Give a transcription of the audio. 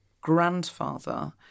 grandfather